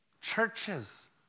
Churches